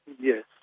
Yes